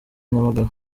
nyamagabe